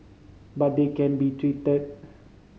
but they can be treated